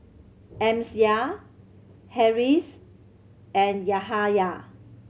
Amsyar Harris and Yahaya